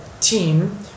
team